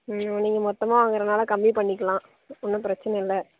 ம் நீங்கள் மொத்தமாக வாங்கிறதுனால கம்மி பண்ணிக்கலாம் ஒன்றும் பிரச்சின இல்லை